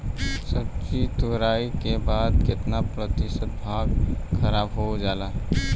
सब्जी तुराई के बाद केतना प्रतिशत भाग खराब हो जाला?